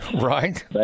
Right